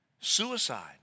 Suicide